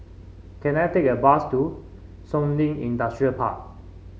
can I take a bus to Shun Li Industrial Park